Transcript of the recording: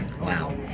Wow